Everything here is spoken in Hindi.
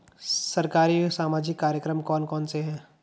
सरकारी सामाजिक कार्यक्रम कौन कौन से हैं?